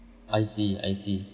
I see I see